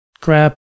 grab